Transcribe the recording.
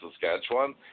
Saskatchewan